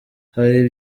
hari